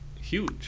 huge